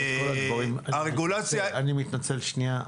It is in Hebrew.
אני מתנצל, שנייה.